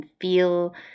feel